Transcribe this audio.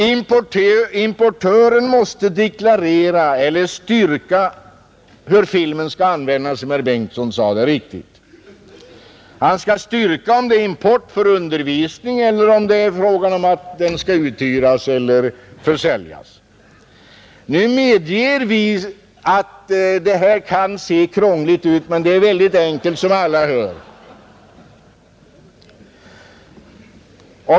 Importören måste deklarera eller styrka hur filmen skall användas, vilket herr Bengtson sade, det är riktigt. Han skall styrka om det är import för undervisning eller om det är frågan om att filmen skall uthyras eller försäljas. Nu medger vi att det här kan se krångligt ut, men det är väldigt enkelt, som alla hör.